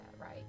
right